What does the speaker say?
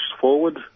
forward